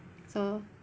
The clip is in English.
so